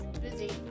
busy